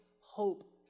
hope